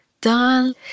done